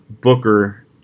Booker